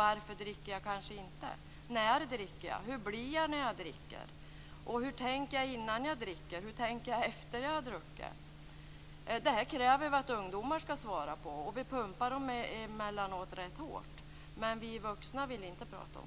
eller inte dricker, när jag dricker och hur jag blir när jag dricker, hur jag tänker innan jag dricker och hur jag tänker efter det att jag har druckit. Vi kräver att ungdomar skall svara på dessa frågor. Emellanåt pumpar vi dem rätt hårt. Men vi vuxna vill inte prata.